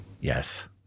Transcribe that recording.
Yes